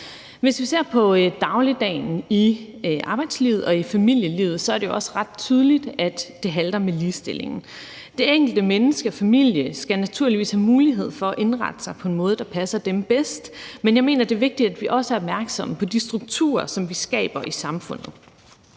Hvis vi ser på dagligdagen, arbejdslivet og familielivet, er det også ret tydeligt, at det halter med ligestillingen. Det enkelte menneske og enkelte familie skal naturligvis have mulighed for at indrette sig på den måde, der passer dem bedst, men jeg mener, det er vigtigt, at vi også er opmærksomme på de strukturer, som vi skaber i samfundet.